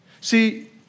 See